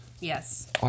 Yes